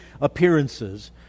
appearances